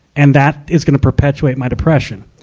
and that is going to perpetuate my depression.